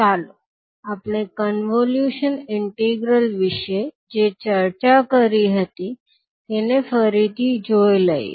ચાલો આપણે convolution integral વિશે જે ચર્ચા કરી હતી તેને ફરીથી જોઈ લઈએ